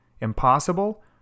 Impossible